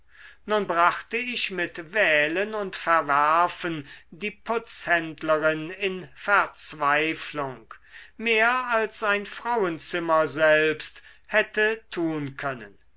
nun brachte ich mit wählen und verwerfen die putzhändlerin in verzweiflung mehr als ein frauenzimmer selbst hätte tun können